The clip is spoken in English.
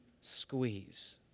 squeeze